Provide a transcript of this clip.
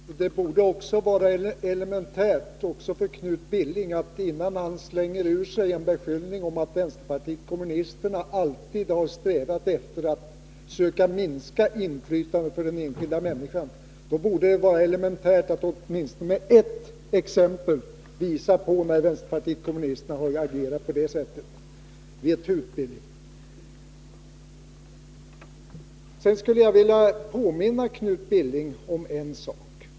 Herr talman! Det borde också vara elementärt för Knut Billing att när han slänger ur sig en beskyllning att vänsterpartiet kommunisterna alltid strävat efter att söka minska inflytandet för den enskilda människan, han då åtminstone med ett exempel visar på när vi agerat på det sättet. Vet hut! Jag skulle vilja påminna Knut Billing om en sak.